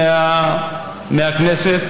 כנסת,